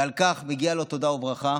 ועל כך מגיעה לו תודה וברכה.